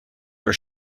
were